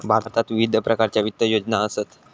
भारतात विविध प्रकारच्या वित्त योजना असत